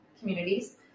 Communities